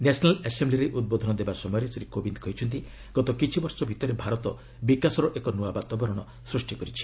national ଆସେମ୍ବିରେ ଉଦ୍ବୋଧନ ଦେବା ସମୟରେ ଶ୍ରୀ କୋବିନ୍ଦ୍ କହିଛନ୍ତି ଗତ କିଛି ବର୍ଷ ଭିତରେ ଭାରତ ବିକାଶର ଏକ ନୂଆ ବାତାବରଣ ସ୍ଚଷ୍ଟି କରିଛି